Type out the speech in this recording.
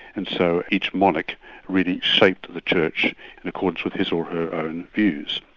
and so each monarch really shaped the church in accordance with his or her own views.